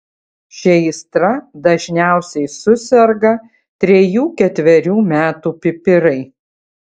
šia aistra dažniausiai suserga trejų ketverių metų pipirai